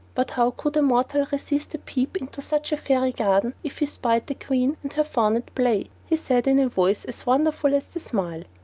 but how could a mortal resist a peep into such a fairy garden if he spied the queen and her faun at play? he said in a voice as wonderful as the smile.